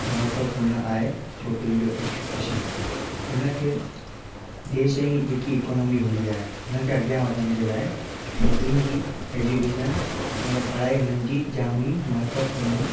महत्वपूर्ण आहे छोकिरिनि जो एजुकेशन हुनखे देश जी जेकी इकॉनोमी हूंदी आहे हुनखे अॻियां वधण जे लाइ छोकिरिनि जी एजुकेशन मतिलबु पढ़ाई हुननि जी जाम ई महत्वपूर्ण